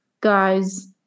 guys